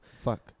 Fuck